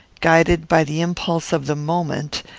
guided by the impulse of the moment,